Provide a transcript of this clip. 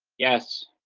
yes.